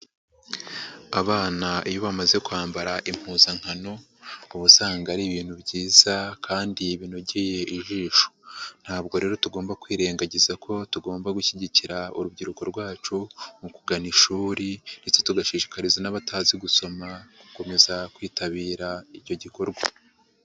Abana iyo bamaze kwambara impuzankano, uba usanga ari ibintu byiza kandi binogeye ijisho. Ntabwo rero tugomba kwirengagiza ko tugomba gushyigikira urubyiruko rwacu mu kugana ishuri ndetse tugashishikariza n'abatazi gusoma gukomeza kwitabira icyo gikorwa.